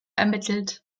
ermittelt